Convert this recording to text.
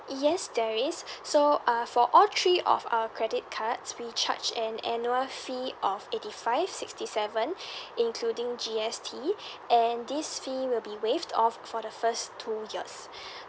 yes there is so uh for all three of our credit cards we charge an annual fee of eighty five sixty seven including G_S_T and this fee will be waived off for the first two years